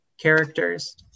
characters